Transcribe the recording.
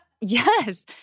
Yes